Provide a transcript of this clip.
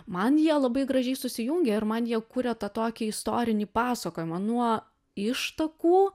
man jie labai gražiai susijungia ir man jie kuria tą tokį istorinį pasakojimą nuo ištakų